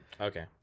Okay